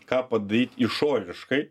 ką padaryt išoriškai